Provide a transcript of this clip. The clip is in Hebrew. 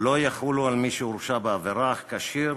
לא יחולו על מי שהורשע בעבירה אך כשיר